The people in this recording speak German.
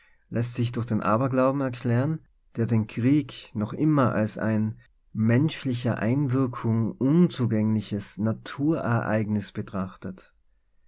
läßt sich durch den aberglauben erklären der den krieg noch immer als ein menschlicher einwirkung unzugäng liches naturereignis betrachtet